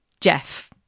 jeff